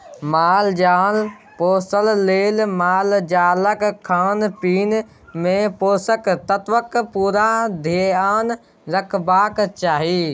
माल जाल पोसय लेल मालजालक खानपीन मे पोषक तत्वक पुरा धेआन रखबाक चाही